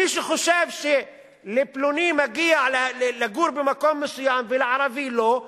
מי שחושב שלפלוני מגיע לגור במקום מסוים ולערבי לא,